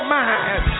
mind